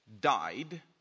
died